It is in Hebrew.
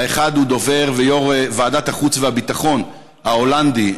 האחד הוא דובר ויו"ר ועדת החוץ והביטחון ההולנדי,